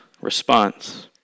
response